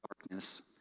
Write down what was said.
darkness